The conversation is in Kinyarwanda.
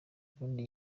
burundi